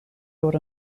door